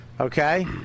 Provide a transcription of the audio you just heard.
Okay